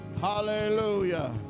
Hallelujah